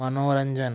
Manoranjan